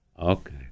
Okay